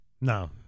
No